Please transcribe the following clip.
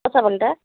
ପଶାପାଲିଟା